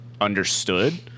understood